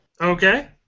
Okay